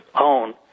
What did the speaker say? own